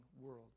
world